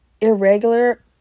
irregular